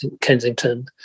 Kensington